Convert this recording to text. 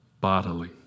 bodily